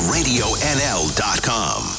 RadioNL.com